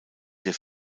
der